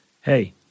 Hey